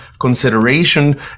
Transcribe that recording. consideration